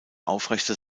aufrechte